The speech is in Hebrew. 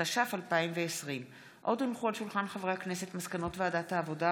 התש"ף 2020. עוד הונחו על שולחן הכנסת מסקנות ועדת העבודה,